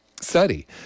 study